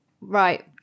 Right